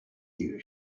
you